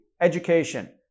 education